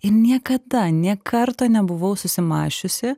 ir niekada ne karto nebuvau susimąsčiusi